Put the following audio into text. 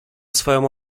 swoją